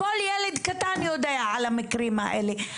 כל ילד קטן יודע על המקרים האלה.